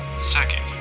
second